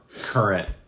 current